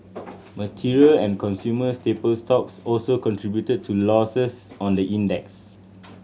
material and consumer staple stocks also contributed to losses on the index